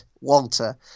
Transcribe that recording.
Walter